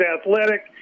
athletic